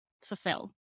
fulfill